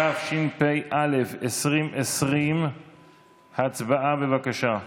התשפ"א 2020. הצבעה, בבקשה.